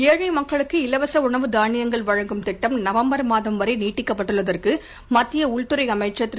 ஏழை மக்களுககு இலவச உணவு தாளியங்கள் வழங்கும் திட்டம் நவம்பர் மாதம் வரை நீட்டிக்கப்பட்டுள்ளதற்கு மத்திய உள்துறை அமைச்சர் திரு